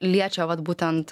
liečia vat būtent